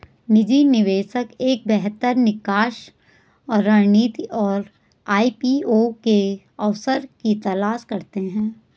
निजी निवेशक एक बेहतर निकास रणनीति और आई.पी.ओ के अवसर की तलाश करते हैं